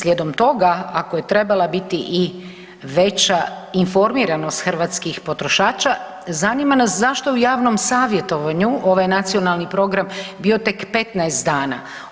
Slijedom toga ako je trebala biti i veća informiranost hrvatskih potrošača zanima nas zašto je u javnom savjetovanju ovaj nacionalni program bio tek 15 dana.